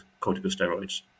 corticosteroids